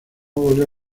volvió